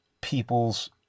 people's